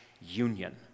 union